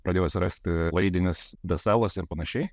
padėjo atsirasti laidinis deselas ir panašiai